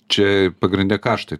čia pagrinde kaštai